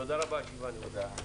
תודה רבה, הישיבה נעולה.